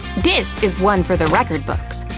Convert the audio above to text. this is one for the record books!